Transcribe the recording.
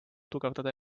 tugevdada